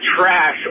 trash